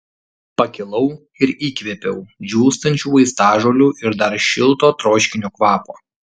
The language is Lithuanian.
pakilau ir įkvėpiau džiūstančių vaistažolių ir dar šilto troškinio kvapo